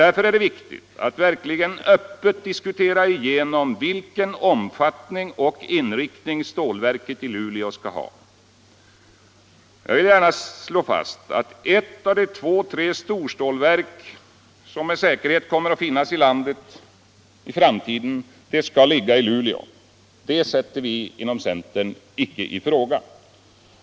Därför är det viktigt att verkligen öppet diskutera igenom vilken omfattning och inriktning stålverket i Luleå skall ha. Jag vill gärna slå fast att ett av de två eller tre storstålverk, som med säkerhet kommer att finnas här i landet i framtiden, skall ligga i Luleå. Det sätter vi inom centern icke i fråga.